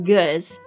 Goods